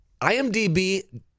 IMDB